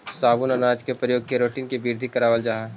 साबुत अनाज के प्रयोग केराटिन के वृद्धि करवावऽ हई